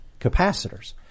capacitors